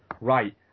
right